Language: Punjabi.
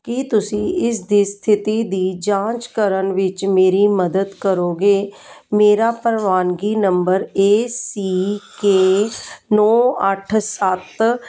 ਕੀ ਤੁਸੀਂ ਇਸ ਦੀ ਸਥਿਤੀ ਦੀ ਜਾਂਚ ਕਰਨ ਵਿੱਚ ਮੇਰੀ ਮਦਦ ਕਰੋਗੇ ਮੇਰਾ ਪ੍ਰਵਾਨਗੀ ਨੰਬਰ ਏ ਸੀ ਕੇ ਨੌਂ ਅੱਠ ਸੱਤ